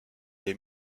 les